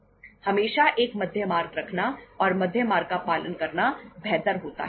हमेशा एक मध्य मार्ग रखना और मध्य मार्ग का पालन करना बेहतर होता है